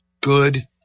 Good